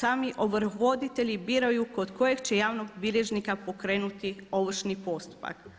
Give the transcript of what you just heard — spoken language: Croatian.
sami ovrhovoditelji biraju kod kojeg će javnog bilježnika pokrenuti ovršni postupak.